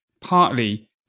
partly